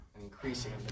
increasing